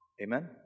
amen